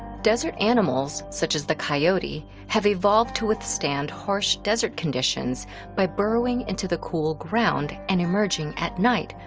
desert animals, such as the coyote, have evolved to withstand harsh desert conditions by burrowing into the cool ground and emerging at night,